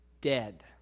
dead